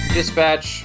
Dispatch